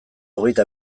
hogeita